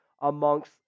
amongst